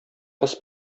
кыз